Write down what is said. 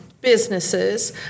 businesses